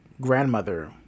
grandmother